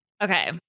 Okay